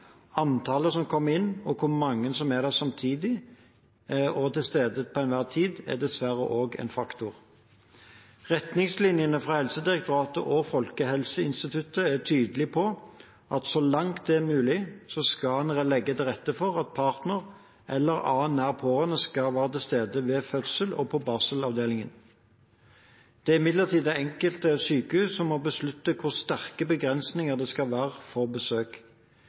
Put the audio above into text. Antallet som kommer inn, og hvor mange som er der samtidig og til stede til enhver tid, er dessverre også en faktor. Retningslinjene fra Helsedirektoratet og Folkehelseinstituttet er tydelige på at så langt det er mulig, skal en legge til rette for at partner eller annen nær pårørende skal være til stede ved fødsel og på barselavdelingen. Det er imidlertid det enkelte sykehus som må beslutte hvor sterke begrensninger det skal være for besøk.